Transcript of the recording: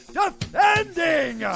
defending